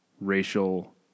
racial